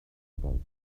about